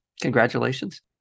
congratulations